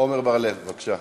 עמר בר-לב, בבקשה.